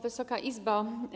Wysoka Izbo!